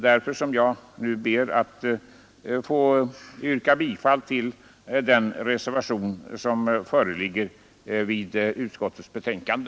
Därför ber jag nu att få yrka bifall till den reservation som föreligger vid utskottets betänkande.